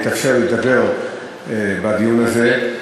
יתאפשר לי לדבר בדיון הזה.